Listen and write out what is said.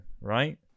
Right